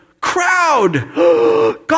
crowd